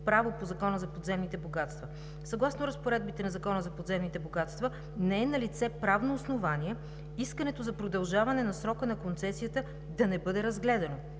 право по Закона за подземните богатства. Съгласно разпоредбите на Закона за подземните богатства не е налице правно основание искането за продължаване на срока на концесията да не бъде разгледано,